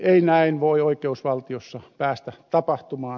ei näin voi oikeusvaltiossa päästä tapahtumaan